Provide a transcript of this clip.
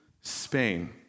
Spain